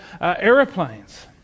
aeroplanes